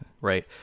right